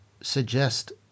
suggest